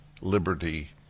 liberty